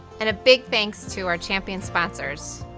and a big thanks to our champion sponsors,